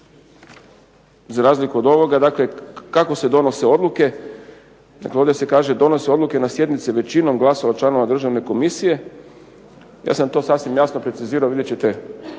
za razliku od onoga, dakle kako se donose odluke. Dakle, ovdje se kaže donose odluke na sjednici većinom glasova članova državne komisije. Ja sam to sasvim jasno precizirao. Vidjet ćete